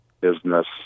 business